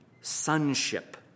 sonship